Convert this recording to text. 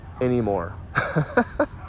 anymore